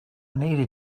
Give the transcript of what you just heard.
needed